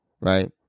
right